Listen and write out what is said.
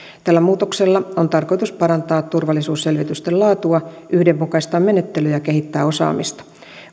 tällä muutoksella on tarkoitus parantaa turvallisuusselvitysten laatua yhdenmukaistaa menettelyä ja kehittää osaamista